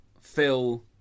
Phil